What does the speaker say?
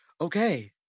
okay